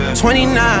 29